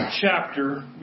chapter